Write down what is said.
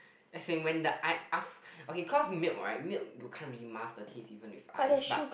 as in when the I ask okay cause milk right milk will can't mask the taste even with ice but